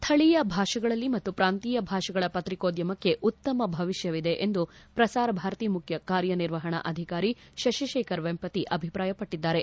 ಸ್ಟಳೀಯ ಭಾಷೆಗಳಲ್ಲಿ ಮತ್ತು ಪ್ರಾಂತೀಯ ಭಾಷೆಗಳ ಪತ್ರಿಕೋದ್ಯಮಕ್ಕೆ ಉತ್ತಮ ಭವಿಷ್ಣವಿದೆ ಎಂದು ಪ್ರಸಾರ ಭಾರತಿ ಮುಖ್ಯ ಕಾರ್ಯನಿರ್ವಹಣಾಧಿಕಾರಿ ಶಶಿಶೇಖರ್ ವೆಂಪತಿ ಅಭಿಪ್ರಾಯಪಟ್ಟದ್ದಾರೆ